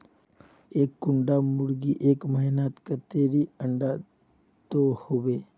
एक कुंडा मुर्गी एक महीनात कतेरी अंडा दो होबे?